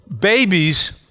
babies